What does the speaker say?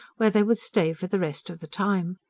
where they would stay for the rest of the time.